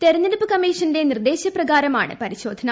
തെരഞ്ഞെടുപ്പ് കമ്മീഷന്റെ നിർദ്ദേശ പ്രകാരമാണ് പരി ശോധന